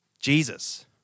Jesus